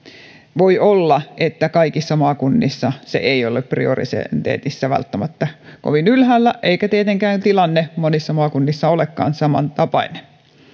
voi olla että kaikissa maakunnissa se ei ole prioriteetissa välttämättä kovin ylhäällä eikä tietenkään tilanne monissa maakunnissa olekaan samantapainen